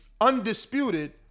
Undisputed